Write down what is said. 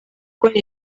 kubona